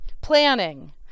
planning